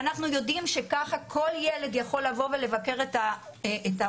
ואנחנו יודעים שככה כל ילד יכול לבוא ולבקר את ההורה,